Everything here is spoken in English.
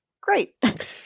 great